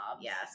Yes